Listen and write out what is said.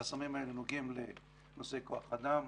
החסמים האלה נוגעים לנושאי כוח-אדם,